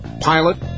Pilot